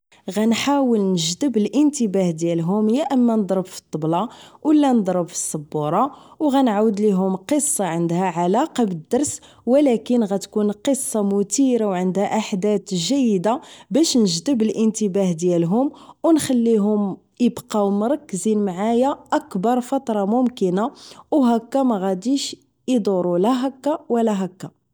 غنحاول نجيب الانتباه ديابهم يا أما غنضرب فالطبلة و لا نضرب فالصبورة و غنعاود ليهم قصة عندها علاقة بالدرس و لكن غتكون قصة مثيرة و عندها احداث جيدة باش نجذب الانتباه ديالهم و نخليهم وابقاو مركزين معايا اكبر فترة ممكنة و هكا مغاديش ادورو لا هكا و لا هكا